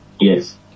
Yes